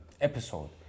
episode